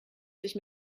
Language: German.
sich